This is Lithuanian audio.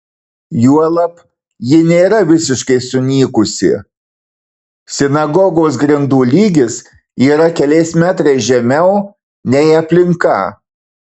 juolab ji nėra visiškai sunykusi sinagogos grindų lygis yra keliais metrais žemiau nei aplinka